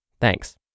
Thanks